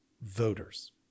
voters